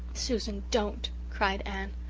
susan don't, cried anne.